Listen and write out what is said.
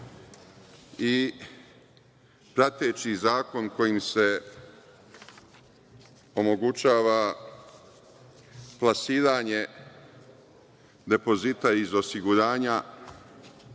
i prateći zakon kojim se omogućava plasiranje depozita iz osiguranja